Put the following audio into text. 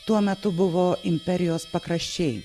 tuo metu buvo imperijos pakraščiai